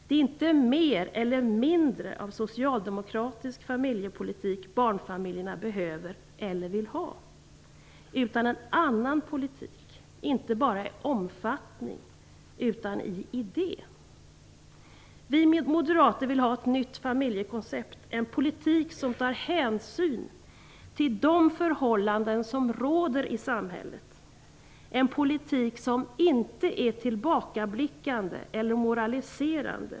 Det är inte mer eller mindre av socialdemokratisk familjepolitik som barnfamiljerna behöver eller vill ha utan en annan politik, inte bara i omfattning utan också i idé. Vi moderater vill ha ett nytt familjekoncept, en politik som tar hänsyn till de förhållanden som råder i samhället, en politik som inte är tillbakablickande eller moraliserande.